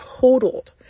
totaled